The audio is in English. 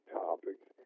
topics